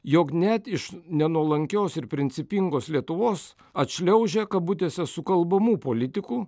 jog net iš nenuolankios ir principingos lietuvos atšliaužia kabutėse sukalbamų politikų